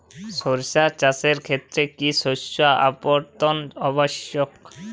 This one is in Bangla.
সরিষা চাষের ক্ষেত্রে কি শস্য আবর্তন আবশ্যক?